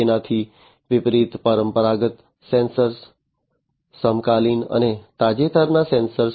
તેનાથી વિપરીત પરંપરાગત સેન્સર્સ સમકાલીન અને તાજેતરના સેન્સર્સ